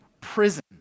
prison